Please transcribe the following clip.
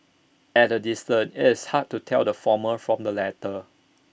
at A distance it's hard to tell the former from the latter